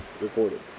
recorded